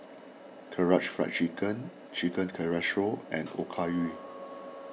Karaage Fried Chicken Chicken Casserole and Okayu